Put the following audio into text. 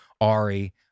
Ari